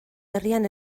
herrian